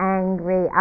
angry